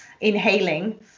Inhaling